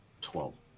twelve